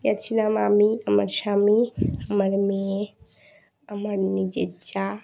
গিয়েছিলাম আমি আমার স্বামী আমার মেয়ে আমার নিজের যা